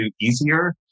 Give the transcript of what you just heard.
easier